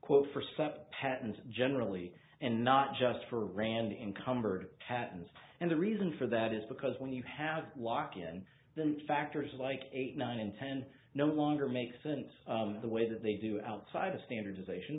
patents generally and not just for rand encumbered patents and the reason for that is because when you have walk in the factors like eight nine and ten no longer makes firms the way that they do outside of standardization